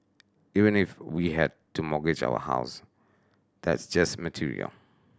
even if we had to mortgage our house that's just material